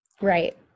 Right